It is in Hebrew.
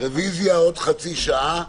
רוויזיה בעוד חצי שעה,